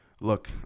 Look